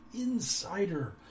insider